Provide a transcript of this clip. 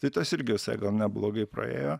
tai tas irgi vėl neblogai praėjo